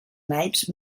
naips